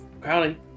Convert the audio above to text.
Crowley